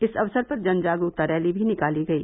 इस अवसर पर जन जागरूकता रैली भी निकाली गई